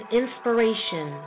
inspiration